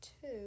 two